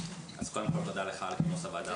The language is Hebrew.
קודם כול תודה לך על כינוס הוועדה,